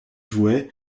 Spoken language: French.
jouets